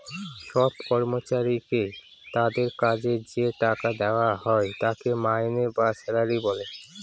সব কর্মচারীকে তাদের কাজের যে টাকা দেওয়া হয় তাকে মাইনে বা স্যালারি বলে